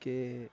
کہ